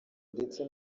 ndetse